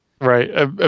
Right